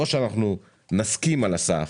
או שנסכים על הסף